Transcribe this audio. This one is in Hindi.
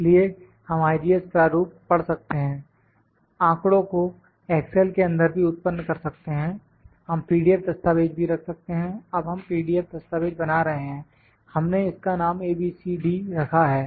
इसलिए हम IGES प्रारूप पढ़ सकते हैं आंकड़ों को एक्सेल के अंदर भी उत्पन्न कर सकते हैं हम पीडीएफ दस्तावेज भी रख सकते हैं अब हम पीडीएफ दस्तावेज बना रहे हैं हमने इसका नाम a b c d रखा है